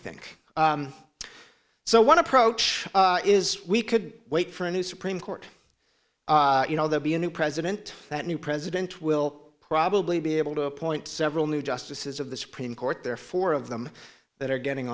think so one approach is we could wait for a new supreme court you know there be a new president that new president will probably be able to appoint several new justices of the supreme court there are four of them that are getting